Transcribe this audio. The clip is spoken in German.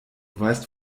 weißt